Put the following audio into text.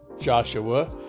Joshua